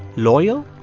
loyal,